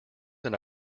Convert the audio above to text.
than